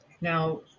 Now